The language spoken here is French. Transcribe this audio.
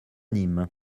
nîmes